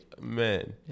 man